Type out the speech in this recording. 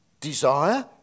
Desire